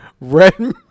Red